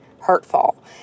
hurtful